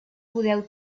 podeu